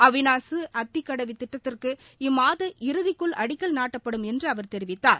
அவிநாசி அத்திக்கடவு திட்டத்திற்கு இம்மாத இறுதிக்குள் அடிக்கல் நாட்டப்படும் என்று அவர் தெரிவித்தார்